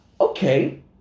Okay